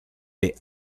the